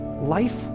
life